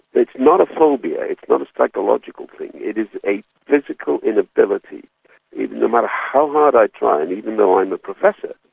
it's not a phobia, it's not a psychological thing, it is a physical inability even no matter how hard i try, and even though i'm a professor,